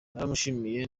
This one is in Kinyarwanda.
naramushimiye